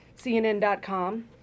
CNN.com